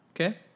Okay